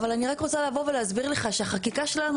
אני רק רוצה לבוא ולהסביר לך שהחקיקה שלנו